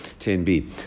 10B